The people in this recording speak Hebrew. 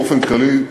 באופן כללי,